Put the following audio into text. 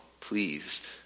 pleased